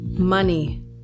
money